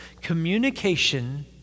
communication